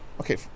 Okay